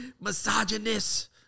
Misogynist